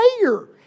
player